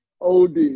OD